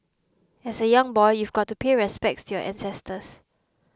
as a young boy you've got to pay respects to your ancestors